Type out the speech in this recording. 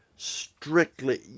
strictly